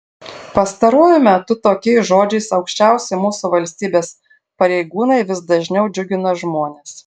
pastaruoju metu tokiais žodžiais aukščiausi mūsų valstybės pareigūnai vis dažniau džiugina žmones